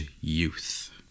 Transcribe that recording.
youth